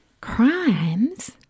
Crimes